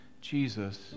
Jesus